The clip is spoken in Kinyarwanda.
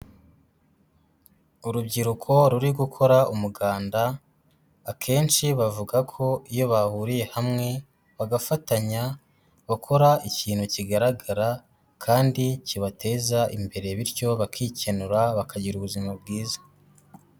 Urubyiruko ruri gukora umuganda, akenshi bavuga ko iyo bahuriye hamwe, bagafatanya bakora ikintu kigaragara kandi kibateza imbere, bityo bakikenura bakagira ubuzima bwiza.